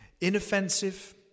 inoffensive